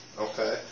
okay